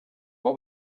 what